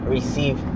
Receive